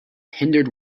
hindered